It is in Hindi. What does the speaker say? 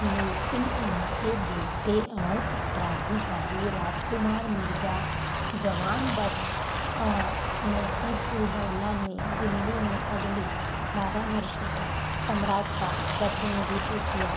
लेकिन उनके बेटे और उत्तराधिकारी राजकुमार मिर्ज़ा जवान बख़्त और नजीब उल दौला ने दिल्ली में अगले बारह वर्षों तक सम्राट का प्रतिनिधित्व किया